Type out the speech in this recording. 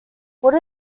would